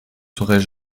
seraient